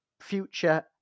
future